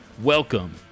Welcome